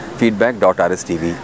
feedback.rstv